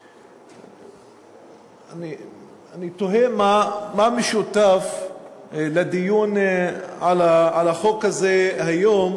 אני תוהה מה משותף לדיון בחוק הזה היום